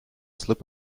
slip